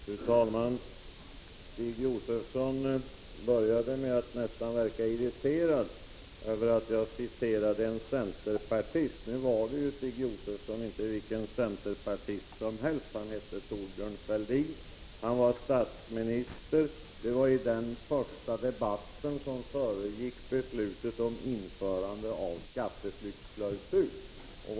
Fru talman! Stig Josefson var nästan irriterad över att jag citerade en centerpartist. Nu var det inte, Stig Josefson, vilken centerpartist som helst, utan han heter Thorbjörn Fälldin. Han var statsminister då, och det var den första debatt som föregick beslutet om införande av skatteflyktsklausul.